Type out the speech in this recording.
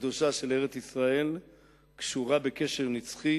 הקדושה של ארץ-ישראל קשורה בקשר נצחי